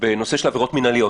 בנושא של עבירות מינהליות,